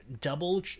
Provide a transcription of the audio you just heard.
double